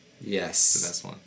Yes